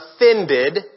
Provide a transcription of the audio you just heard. offended